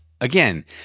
Again